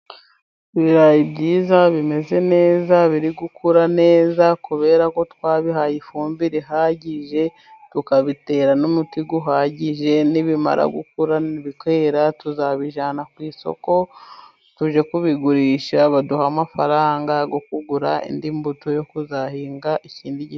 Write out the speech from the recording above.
Ibirayi byiza bimeze neza biri gukura neza kubera ko twabihaye ifumbire rihagije tukabitera n'umuti uhagije. Ni bimara kwera tuzabijyana ku isoko tujye kubigurishya baduhe amafaranga yo kugura indi mbuto yo kuzahinga.